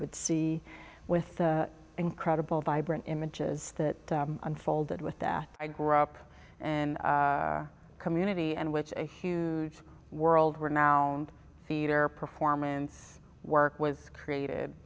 would see with incredible vibrant images that unfolded with that i grew up and community and which a huge world renowned theater performance work was created